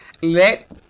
let